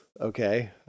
okay